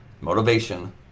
motivation